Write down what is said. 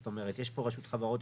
זאת אומרת יש פה רשות חברות,